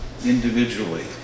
individually